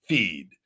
Feed